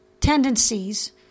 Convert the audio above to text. tendencies